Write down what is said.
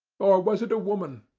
or was it a woman?